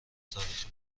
تاریخی